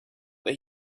that